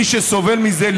מי שסובל מזה,